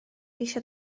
eisiau